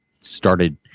started